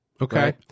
Okay